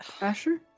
Asher